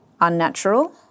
unnatural